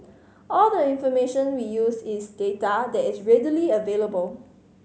all the information we use is data that is readily available